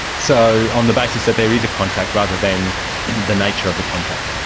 so, on the basis that there is a contract, rather than the nature of the contract?